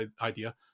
idea